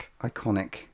iconic